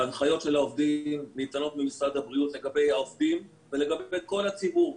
ההנחיות של העובדים ניתנות ממשרד הבריאות לגבי העובדים ולגבי כל הציבור.